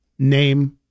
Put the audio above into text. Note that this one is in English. name